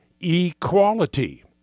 equality